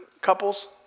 Couples